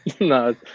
No